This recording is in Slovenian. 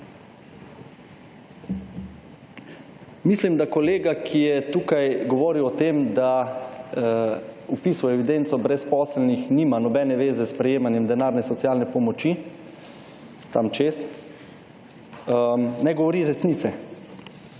Mislim, da kolega, ki je tukaj govoril o tem, da vpis v evidenco brezposelnih nima nobene veze s sprejemanjem denarne socialne pomoči tam čez. Ne govori resnice.